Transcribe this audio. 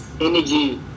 Energy